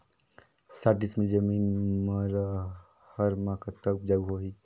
साठ डिसमिल जमीन म रहर म कतका उपजाऊ होही?